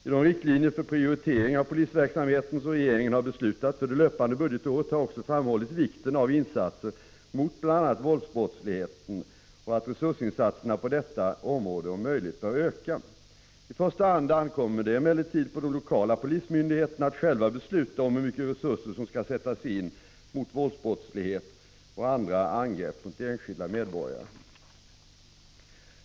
I de riktlinjer för prioritering av polisverksamheten som regeringen har beslutat för det löpande budgetåret har också framhållits vikten av insatser mot bl.a. våldsbrottsligheten och att resursinsatserna på detta område om möjligt bör öka. I första hand ankommer det emellertid på de lokala polismyndigheterna att själva besluta om hur mycket resurser som skall sättas in mot våldsbrotts lighet och andra angrepp mot enskilda medborgare.